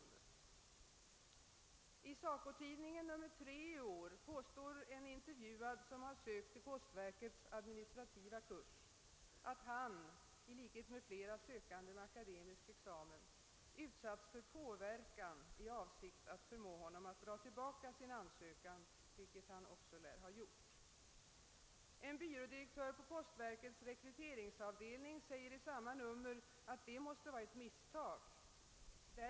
I nr 3 av SACO-tidningen i år påstår en intervjuad akademiker, som sökt till postverkets administrativa kurs, att han i likhet med flera sökande med akaderisk examen utsatts för påverkan med avsikt att förmå honom att dra tillbaka sin ansökan, vilket han också lär ha gjort. En byrådirektör på postverkets rekryteringsavdelning uttalar i samma nummer av tidningen att detta måste vara ett misstag.